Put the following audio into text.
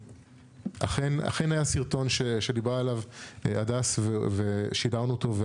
אכן היה סרטון שדיברה עליו הדס ושידרנו אותו.